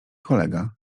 kolega